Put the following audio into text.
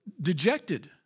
dejected